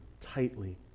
tightly